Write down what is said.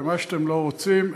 ומה שאתם לא רוצים,